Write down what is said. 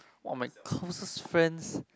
one of my closest friends